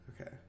Okay